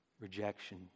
Rejection